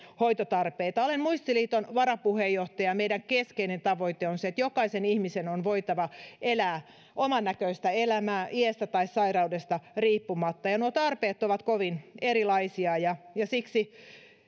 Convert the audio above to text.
hoitotarpeita olen muistiliiton varapuheenjohtaja ja meidän keskeinen tavoitteemme on se että jokaisen ihmisen on voitava elää omannäköistä elämää iästä tai sairaudesta riippumatta nuo tarpeet ovat kovin erilaisia ja ja siksi